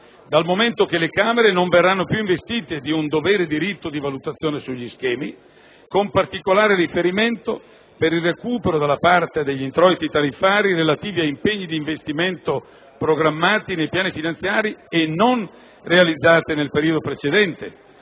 dal momento che le Camere non verranno più investite di un dovere-diritto di valutazione sugli schemi, con particolare riferimento per il recupero della parte degli introiti tariffari relativi a impegni di investimento programmati nei piani finanziari e non realizzati nel periodo precedente,